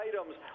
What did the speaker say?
items